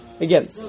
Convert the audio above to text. Again